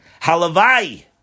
Halavai